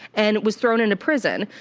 and was thrown into prison.